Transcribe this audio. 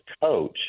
coach